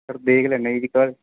sir ਦੇਖ ਲੈਂਦੇ ਜੀ ਇੱਕ ਵਾਰ